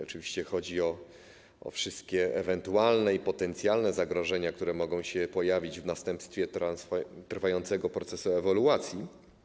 Oczywiście chodzi o wszystkie ewentualne i potencjalne zagrożenia, które mogą pojawić się w następstwie trwającego procesu ewaluacji.